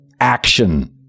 action